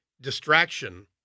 distraction